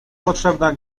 potrzebna